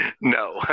No